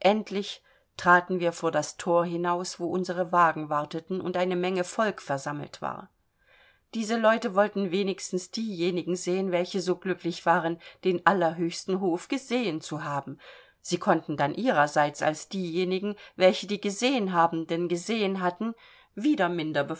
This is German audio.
endlich traten wir vor das thor hinaus wo unsere wagen warteten und eine menge volk versammelt war diese leute wollten wenigstens diejenigen sehen welche so glücklich waren den allerhöchsten hof gesehen zu haben sie konnten dann ihrerseits als diejenigen welche die gesehenhabenden gesehen hatten wieder